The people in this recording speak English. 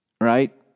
right